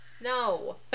no